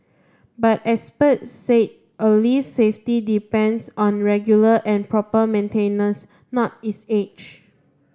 but experts said a least safety depends on regular and proper maintenance not its age